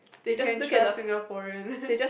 you can trust Singaporean